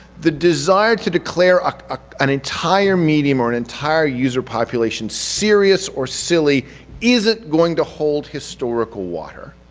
the desire to declare ah ah an entire medium or an entire user population serious or silly isn't going to hold historical water.